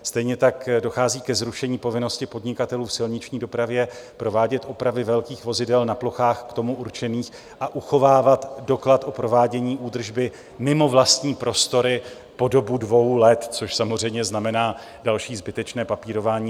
Stejně tak dochází ke zrušení povinnosti podnikatelů v silniční dopravě provádět opravy velkých vozidel na plochách k tomu určených a uchovávat doklad o provádění údržby mimo vlastní prostory po dobu dvou let, což samozřejmě znamená další zbytečné papírování.